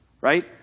right